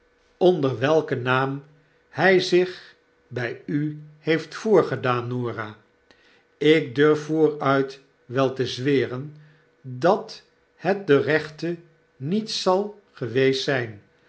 onder welken naam hij zich bij u heeft voorgedaan norah ik durf voofuit wel te zweren dat het de rechte niet zal geweest zijn